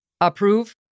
approve